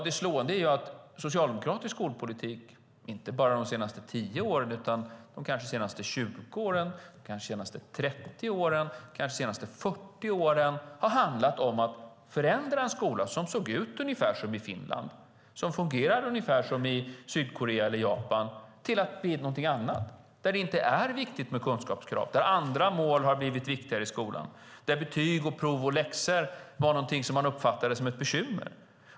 Det slående är att socialdemokratisk skolpolitik inte bara de senaste 10 åren utan kanske de senaste 20 åren, 30 åren eller 40 åren har handlat om att förändra en skola som såg ut ungefär som i Finland och fungerade ungefär som i Sydkorea eller Japan till att bli någonting annat. Där är det inte viktigt med kunskapskrav, utan andra mål har blivit viktigare i skolan. Där var betyg, prov och läxor någonting som man uppfattade som ett bekymmer.